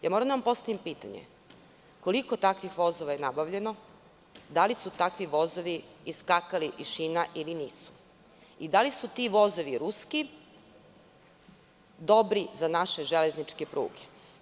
Moram da vam postavim pitanje – koliko takvih vozova je nabavljeno, da li su takvi vozovi iskakali iz šina ili nisu i da li su ti vozovi ruski dobri za naše železničke pruge?